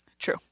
true